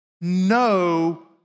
no